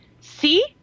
see